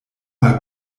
mal